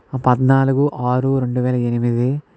పద్నాలుగు ఆరు రెండు వేల ఎనిమిది